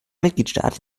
mitgliedstaat